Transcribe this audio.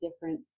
different